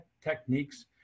techniques